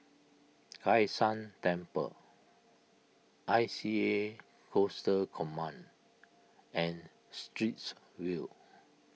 Kai San Temple I C A Coastal Command and Straits View